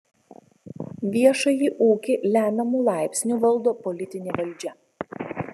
viešąjį ūkį lemiamu laipsniu valdo politinė valdžia